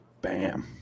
Bam